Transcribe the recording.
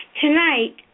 Tonight